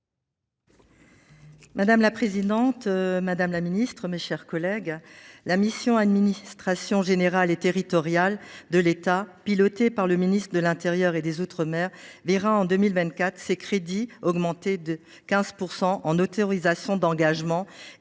Madame la présidente, madame la ministre, mes chers collègues, la mission « Administration générale et territoriale de l’État », pilotée par le ministre de l’intérieur et des outre mer, verra en 2024 ses crédits augmenter de 15 % en autorisations d’engagement